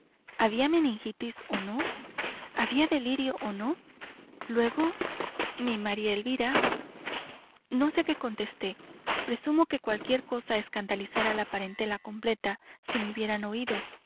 había meningitis o no había delirio o no luego mi maría elvira no sé qué contesté presumo que cualquier cosa a escandalizar a la parentela completa si me hubieran oído